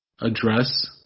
address